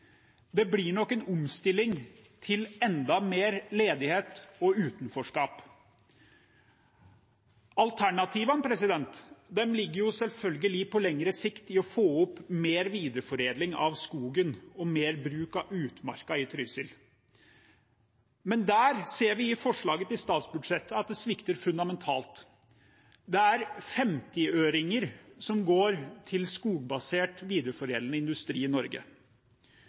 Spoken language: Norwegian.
Det blir nok en omstilling til enda mer ledighet og utenforskap. Alternativene, på lengre sikt, ligger selvfølgelig i det å få opp mer videreforedling av skogen og mer bruk av utmarka i Trysil. Men der ser vi i forslaget til statsbudsjettet at det svikter fundamentalt. Det er 50-øringer som går til skogbasert videreforedlende industri i Norge.